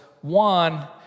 one